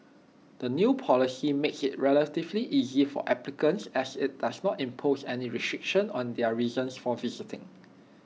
the new policy makes IT relatively easy for applicants as IT doesn't impose any restrictions on their reasons for visiting